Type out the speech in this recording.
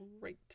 Great